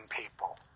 people